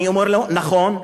אני אומר לו: נכון,